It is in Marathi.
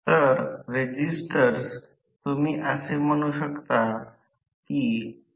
तर अशा परिस्थितीत शिडी देखील तेथे सरकते त्या चुंबकाच्या आणि शिडीच्या दरम्यान सापेक्ष वेग असू शकतो